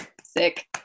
sick